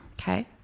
Okay